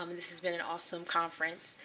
um this has been an awesome conference.